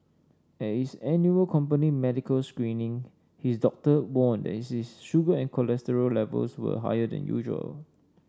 at his annual company medical screening his doctor warned that his sugar and cholesterol levels were higher than usual